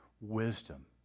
wisdom